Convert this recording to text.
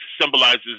symbolizes